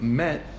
met